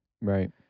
Right